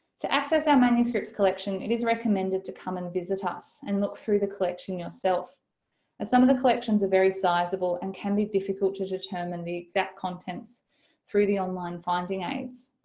to access our manuscripts collection it is recommended to come and visit us and look through the collection yourself as some of the collections are very sizeable and can be difficult to determine the exact contents through the online finding aids.